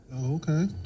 Okay